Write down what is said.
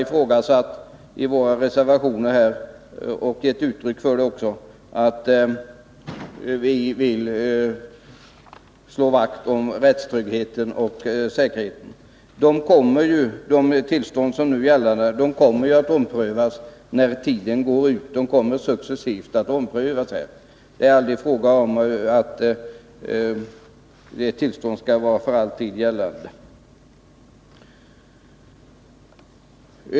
Vi har i våra reservationer bara gett uttryck för att vi vill slå vakt om rättstryggheten och säkerheten. De tillstånd som nu gäller kommer att successivt omprövas när avtalen går ut. Det är aldrig fråga om att ett tillstånd skall gälla för alltid.